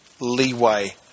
leeway